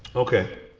okay